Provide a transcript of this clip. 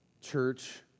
Church